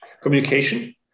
communication